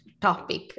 topic